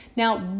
Now